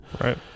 Right